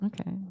Okay